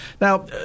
Now